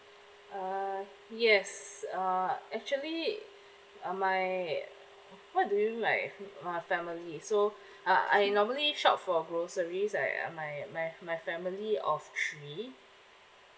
uh yes uh actually uh my what do you mean by my family so uh I normally shop for groceries like uh my my my family of three